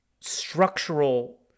structural